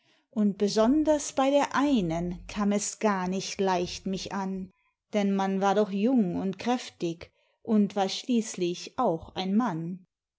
und besonders bei der einen kam es gar nicht leicht mich an denn man war doch jung und kräftig und war schließlich auch ein mann